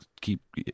keep